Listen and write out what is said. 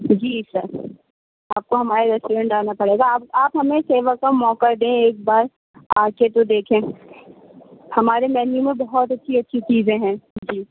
جی sir آپ کو ہمارے ریسٹورینٹ آنا پڑے گا آپ آپ ہمیں سیوا کا موقع دیں ایک بار آ کے تو دیکھیں ہمارے مینیو میں بہت اچھی اچھی چیزیں ہیں جی